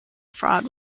fraud